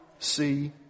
see